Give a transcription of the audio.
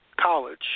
college